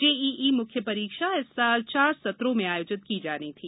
JEE मुख्य परीक्षा इस वर्ष चार सत्रों में आयोजित की जानी थी